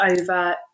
over